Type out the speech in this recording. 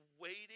waiting